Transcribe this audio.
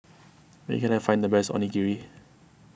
where can I find the best Onigiri